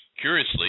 Curiously